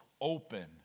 open